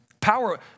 Power